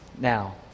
now